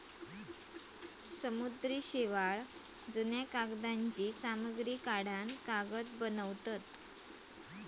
समुद्री शेवाळ, जुन्या कागदांची सामग्री काढान कागद बनवतत